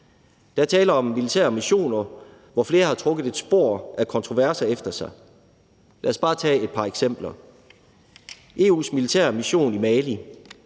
Der er tale om militære missioner, hvor flere har trukket et spor af kontroverser efter sig. Lad os bare tage et par eksempler: Der er EU's militære mission i Mali,